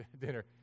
dinner